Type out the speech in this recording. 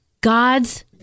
God's